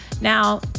now